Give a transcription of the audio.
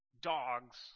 dogs